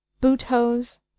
boot-hose